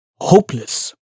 hopeless